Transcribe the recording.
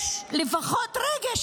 לפחות רגש.